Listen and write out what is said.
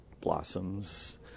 blossoms